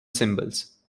symbols